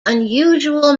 unusual